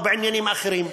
או בעניינים אחרים,